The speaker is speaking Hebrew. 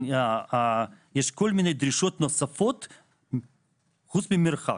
יש כל מיני דרישות נוספות חוץ ממרחק.